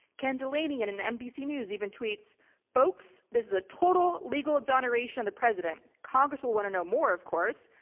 ken delaney at and and nbc news even tweets folks, this is a total legal exoneration of the president. congress will want to know more of course,